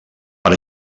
per